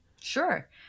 Sure